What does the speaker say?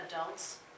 adults